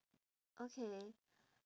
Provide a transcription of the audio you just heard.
okay